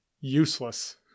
Useless